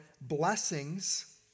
blessings